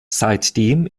seitdem